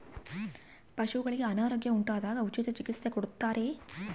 ಪಶುಗಳಿಗೆ ಅನಾರೋಗ್ಯ ಉಂಟಾದಾಗ ಉಚಿತ ಚಿಕಿತ್ಸೆ ಕೊಡುತ್ತಾರೆಯೇ?